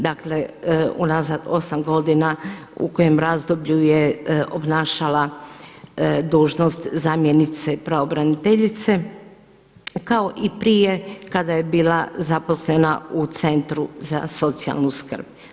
Dakle unazad 8 godina u kojem razdoblju je obnašala dužnost zamjenice pravobraniteljice kao i prije kada je bila zaposlena u centru za socijalnu skrb.